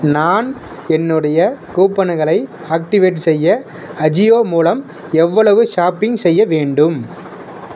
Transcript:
நான் என்னுடைய கூப்பனுகளை ஆக்டிவேட் செய்ய அஜியோ மூலம் எவ்வளவு ஷாப்பிங் செய்ய வேண்டும்